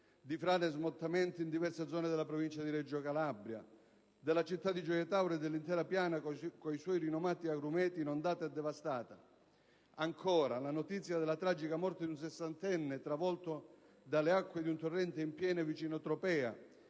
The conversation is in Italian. di frane e smottamenti in diverse zone della provincia di Reggio Calabria; della cittadina di Gioia Tauro e dell'intera Piana, con i suoi rinomati agrumeti, inondata e devastata. Ancora, ricordo la notizia della tragica morte di un sessantenne travolto dalle acque di un torrente in piena vicino Tropea